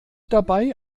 dabei